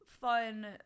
fun